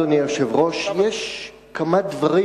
אדוני היושב-ראש, יש כמה דברים